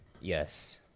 Yes